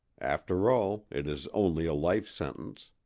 after all, it is only a life-sentence.